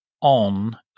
on